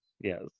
yes